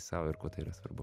sau ir kuo tai yra svarbu